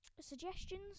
suggestions